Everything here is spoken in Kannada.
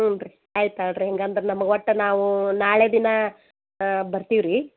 ಹ್ಞೂ ರೀ ಆಯ್ತು ತಗೊಳ್ರಿ ಹೆಂಗೆ ಅಂದ್ರೆ ನಮಗೆ ಒಟ್ಟು ನಾವು ನಾಳೆ ದಿನ ಬರ್ತೀವಿ ರೀ